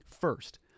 First